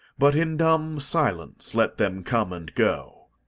but in dumb silence let them come and go.